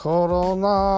Corona